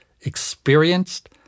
experienced